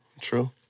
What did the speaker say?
true